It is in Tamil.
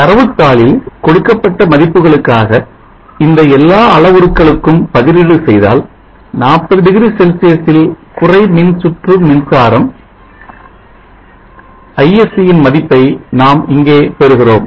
தரவுதாளில் கொடுக்கப்பட்ட மதிப்புகளுக்காக இந்த எல்லா அளவுருக்களுக்கும் பதிலீடு செய்தால் 40 டிகிரி செல்சியஸில் குறை மின்சுற்று மின்சாரம் ISC ன் மதிப்பை நாம் இங்கே பெறுகிறோம்